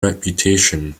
reputation